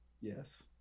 Yes